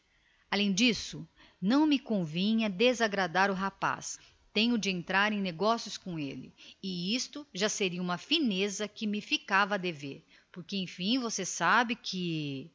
além disso não me convinha desagradar o rapaz sim tenho de entrar em negócio com ele e isto cá para nós seria uma fineza que me ficava a dever porque enfim você sabe que